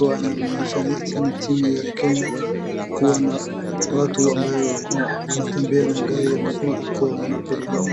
inaamanisha ni timu ya Kenya ikiwa na watu ambaye wako wanatembea na gari ya mguu iko wanabebwa na wa.